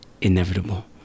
inevitable